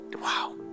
wow